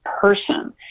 person